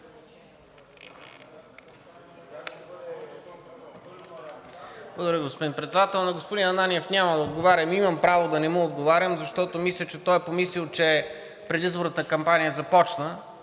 Благодаря, господин Председател. На господин Ананиев няма да отговарям. Имам право да не му отговарям, защото мисля, че е помислил, че предизборната кампания започна.